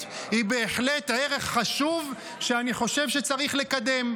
היא בהחלט ערך חשוב שאני חושב שצריך לקדם,